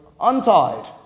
untied